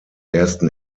ersten